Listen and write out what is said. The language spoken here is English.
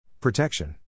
Protection